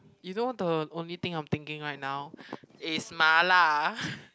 you know the only thing I'm thinking right now is mala